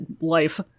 life